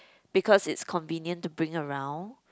because it's convenient to bring around